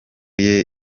yise